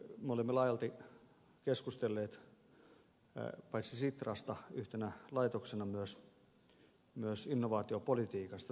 me olemme laajalti keskustelleet paitsi sitrasta yhtenä laitoksena myös innovaatiopolitiikasta suomessa